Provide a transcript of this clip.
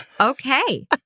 Okay